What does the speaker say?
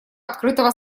открытого